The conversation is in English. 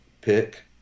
pick